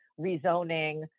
rezoning